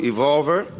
Evolver